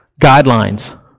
guidelines